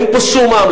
אין פה שום עם.